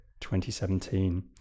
2017